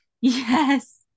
Yes